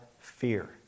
fear